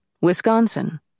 Wisconsin